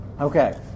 Okay